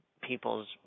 people's